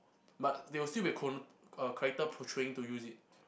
but they will still be a character portraying to use it